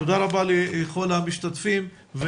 תודה רבה לכל המשתתפים.